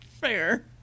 Fair